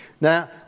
Now